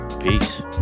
peace